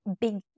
big